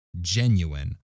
genuine